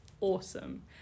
Awesome